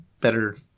better